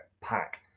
pack